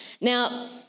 Now